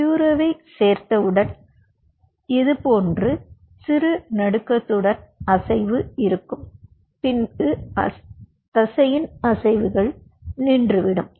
க்யூரே சேர்த்தவுடன் இதுபோன்று நடுங்கும் பின்னர் தசை நின்றுவிடும்